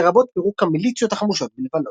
לרבות פירוק המיליציות החמושות בלבנון.